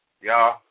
Y'all